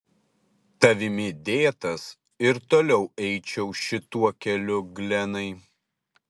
tavimi dėtas ir toliau eičiau šituo keliu glenai